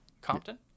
Compton